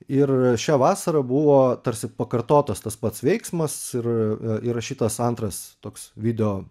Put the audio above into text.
ir šią vasarą buvo tarsi pakartotas tas pats veiksmas ir įrašytas antras toks video